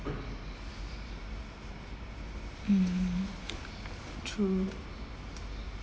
mm true